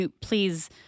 please